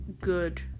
good